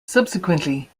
subsequently